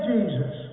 Jesus